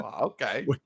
Okay